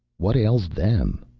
what ails them?